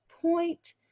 point